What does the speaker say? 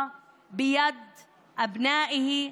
האדום מתנוסס ביד בניו,